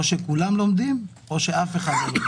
או שכולם לומדים או שאף אחד לא לומד.